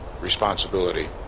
responsibility